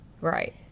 Right